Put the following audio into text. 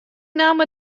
namme